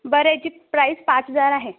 बरं याची प्राईस पाच हजार आहे